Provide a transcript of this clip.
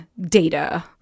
data